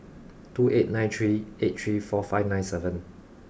two eight nine three eight three four five nine seven